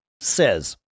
says